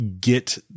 get